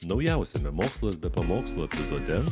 naujausiame mokslas be pamokslų epizode